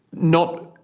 not,